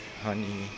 honey